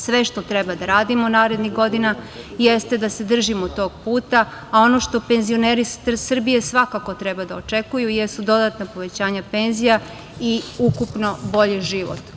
Sve što treba da radimo narednih godina jeste da se držimo tog puta, a ono što penzioneri Srbije svakako treba da očekuju jesu dodatna povećanja penzija i ukupno bolji život.